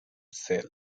sells